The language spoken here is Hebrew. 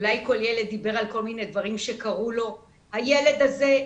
אולי כל ילד דיבר על כל מיני דברים שקרו לו אבל הילד הזה,